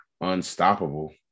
unstoppable